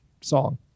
song